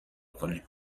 کنیم